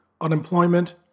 unemployment